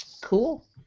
Cool